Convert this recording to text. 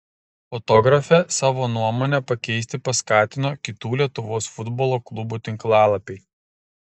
fotografę savo nuomonę pakeisti paskatino kitų lietuvos futbolo klubų tinklalapiai